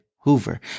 Hoover